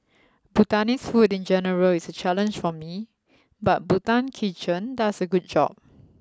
Bhutanese food in general is a challenge for me but Bhutan Kitchen does a good job